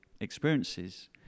experiences